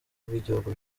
bw’ibihugu